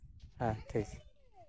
ᱦᱮᱸ ᱴᱷᱤᱠ